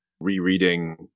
rereading